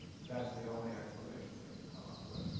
that's the only explanation they could come up with.